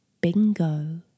Bingo